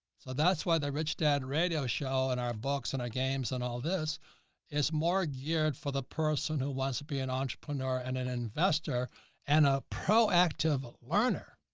so that's why the rich dad radio show and our books and our games and all this is more geared for the person who wants to be an entrepreneur and an investor and a proactive ah learner.